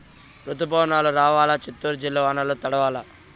రుతుపవనాలు రావాలా చిత్తూరు జిల్లా వానల్ల తడవల్ల